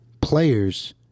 players